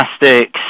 plastics